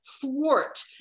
thwart